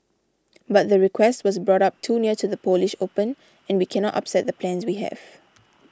but the request was brought up too near to the Polish Open and we cannot upset the plans we have